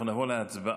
תודה.